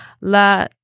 La